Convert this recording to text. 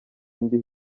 ndi